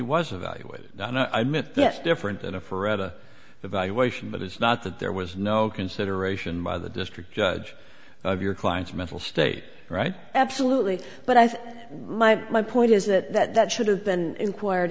was evaluated i mean that's different than a forever evaluation but it's not that there was no consideration by the district judge of your client's mental state right absolutely but i think my my point is that that should have been in